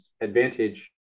advantage